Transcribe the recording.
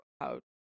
out